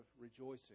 rejoicing